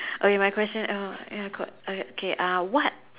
okay my question uh eh I got uh K uh what